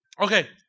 Okay